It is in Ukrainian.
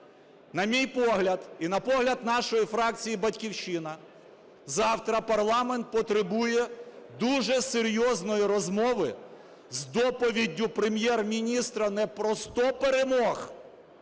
На мій погляд і на погляд нашої фракції "Батьківщина", завтра парламент потребує дуже серйозної розмови з доповіддю Прем'єр-міністра не про сто перемог,